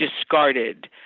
discarded